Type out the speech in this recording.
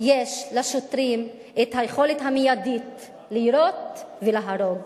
יש לשוטרים היכולת המיידית לירות ולהרוג,